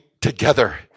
together